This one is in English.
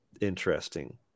interesting